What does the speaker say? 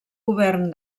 govern